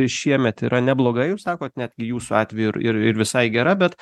šiemet yra neblogai jūs sakot netgi jūsų atveju ir ir visai gera bet